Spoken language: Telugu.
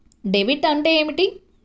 డెబిట్ అంటే ఏమిటి?